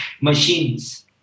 Machines